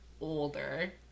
older